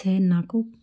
సేన్ నాకు